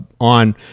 on